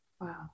Wow